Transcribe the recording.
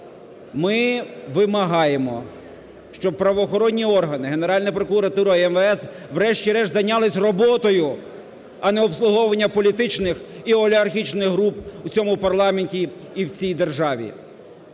Ми вимагаємо, щоб правоохоронні органи, Генеральна прокуратура і МВС врешті-решт зайнялись роботою, а не обслуговуванням політичних і олігархічних груп в цьому парламенті і в цій державі.